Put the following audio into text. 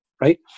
Right